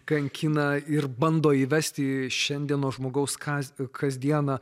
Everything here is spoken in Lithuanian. kankina ir bando įvesti į šiandienos žmogaus kas kasdieną